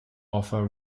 offer